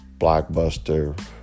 Blockbuster